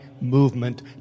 movement